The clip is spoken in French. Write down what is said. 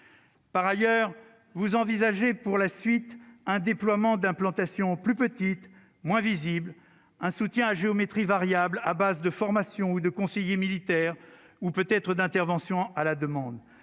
par ailleurs, vous envisagez pour la suite, un déploiement d'implantations plus petites, moins visibles, un soutien à géométrie variable à base de formation ou de conseillers militaires ou peut-être d'intervention à la demande,